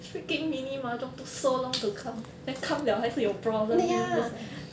freaking mini mahjong took so long to come then come 了还是有 problem then just like